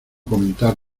comentar